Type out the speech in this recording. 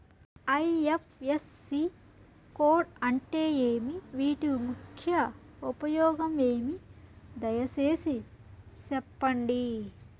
IFSC code అంటే ఏమి? వీటి ముఖ్య ఉపయోగం ఏమి? దయసేసి సెప్పండి?